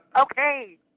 Okay